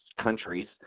countries